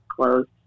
closed